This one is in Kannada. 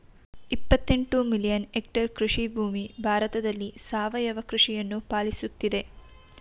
ಇಪ್ಪತ್ತೆಂಟು ಮಿಲಿಯನ್ ಎಕ್ಟರ್ ಕೃಷಿಭೂಮಿ ಭಾರತದಲ್ಲಿ ಸಾವಯವ ಕೃಷಿಯನ್ನು ಪಾಲಿಸುತ್ತಿದೆ